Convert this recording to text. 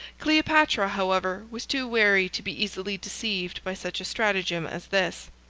cleopatra, however, was too wary to be easily deceived by such a stratagem as this.